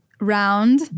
Round